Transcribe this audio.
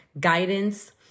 guidance